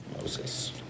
Moses